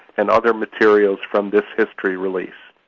and other materials from this history release.